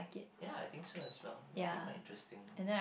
ya I think so as well might be quite interesting